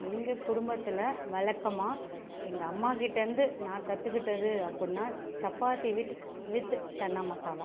எங்கள் குடும்பத்தில் வழக்கமாக எங்கள் அம்மாகிட்டருந்து நான் கற்றுக்கிட்டது அப்படினா சப்பாத்தி வித் சன்னா மசாலா